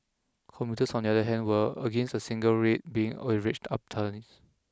commuters on the other hand were against a single rate being averaged